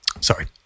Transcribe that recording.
sorry